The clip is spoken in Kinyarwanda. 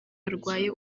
yarwaye